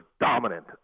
dominant